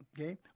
okay